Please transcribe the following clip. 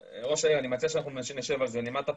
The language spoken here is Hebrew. אני אוכל גם להביא תחשיב כמה זה יכול לעלות.